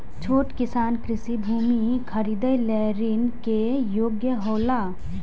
छोट किसान कृषि भूमि खरीदे लेल ऋण के योग्य हौला?